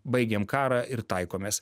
baigėm karą ir taikomės